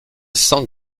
cent